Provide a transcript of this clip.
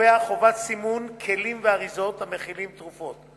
קובע חובת סימון כלים ואריזות המכילים תרופות.